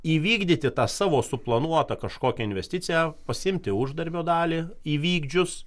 įvykdyti tą savo suplanuotą kažkokią investiciją pasiimti uždarbio dalį įvykdžius